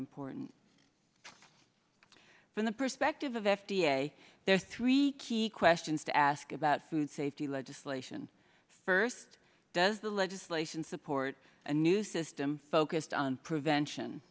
important from the perspective of f d a there are three key questions to ask about food safety legislation first does the legislation support a new system focused on prevention